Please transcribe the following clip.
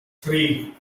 three